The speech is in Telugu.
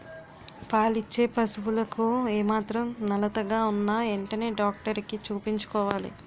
పాలిచ్చే పశువులకు ఏమాత్రం నలతగా ఉన్నా ఎంటనే డాక్టరికి చూపించుకోవాలి